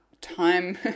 time